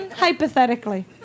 Hypothetically